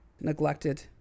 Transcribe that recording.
neglected